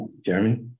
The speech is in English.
Jeremy